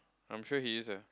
I'm sure he is ah